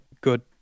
good